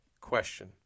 question